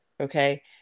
Okay